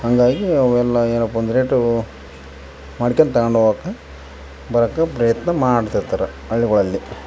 ಹಂಗಾಗಿ ಅವೆಲ್ಲ ಏನಪ್ಪ ಒಂದು ರೇಟೂ ಮಾಡ್ಕೊಂಡ್ ತಗೊಂಡ್ ಹೋಗಾಕ ಬರೋಕೆ ಪ್ರಯತ್ನ ಮಾಡ್ತಿರ್ತಾರೆ ಹಳ್ಳಿಗಳಲ್ಲಿ